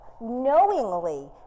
knowingly